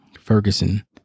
Ferguson